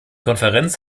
konferenz